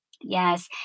Yes